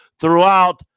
throughout